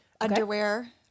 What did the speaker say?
underwear